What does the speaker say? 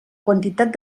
quantitat